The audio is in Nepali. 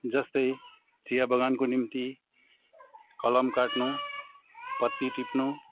जस्तै चियाबगानको निम्ति कलम काट्नु पत्ती टिप्नु